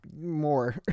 more